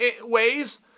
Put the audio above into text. ways